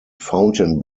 fountain